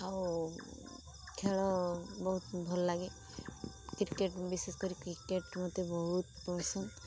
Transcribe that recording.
ଆଉ ଖେଳ ବହୁତ ଭଲ ଲାଗେ କ୍ରିକେଟ ବିଶେଷ କରି କ୍ରିକେଟ ମୋତେ ବହୁତ ପସନ୍ଦ